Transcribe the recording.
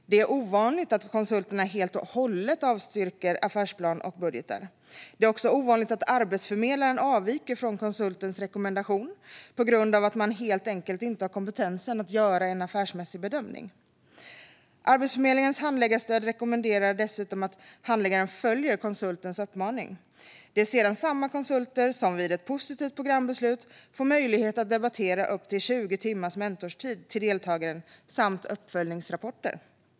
Det är ovanligt att konsulterna helt och hållet avstyrker affärsplan och budgetar. Det är också ovanligt att arbetsförmedlaren avviker från konsultens rekommendation, på grund av att denne helt enkelt inte har kompetensen att göra en affärsmässig bedömning. Arbetsförmedlingens handläggarstöd rekommenderar dessutom att handläggaren följer konsultens uppmaning. Det är sedan samma konsulter som vid ett positivt programbeslut får möjlighet att debitera upp till 20 timmars mentorstid till deltagaren samt uppföljningsrapporter.